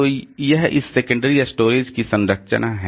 तो यह इस सेकेंडरी स्टोरेज की संरचना है